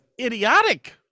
idiotic